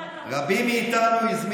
ראש כרוב יותר טעים, מירי.